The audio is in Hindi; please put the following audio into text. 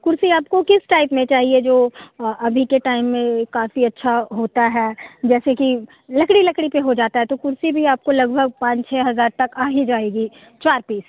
कुर्सी आपको किस टाइप में चाहिए जो अभी के टाइम में काफ़ी अच्छा होता है जैसे कि लकड़ी लकड़ी के हो जाता है तो कुर्सी भी आपको लगभग पाँच छः हज़ार तक आ ही जाएगी चार पीस